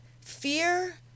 fear